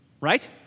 right